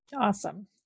Awesome